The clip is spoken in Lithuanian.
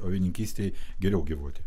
avininkystei geriau gyvuoti